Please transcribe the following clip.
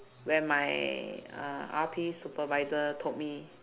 when my uh R_P supervisor told me